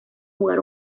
jugar